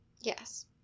Yes